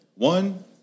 One